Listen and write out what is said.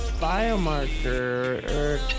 biomarker